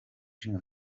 ishinga